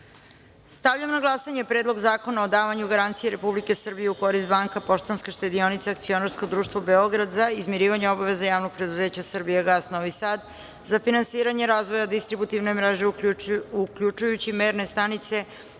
zakona. Stavljam na glasanje Predlog zakona o davanju garancija Republike Srbije u korist Banke Poštanska štedionica a.d. Beograd za izmirivanje obaveze Javnog preduzeća "Srbijagas" Novi Sad za finansiranje razvoja distributivne mreže, uključujući merne stanice,